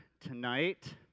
tonight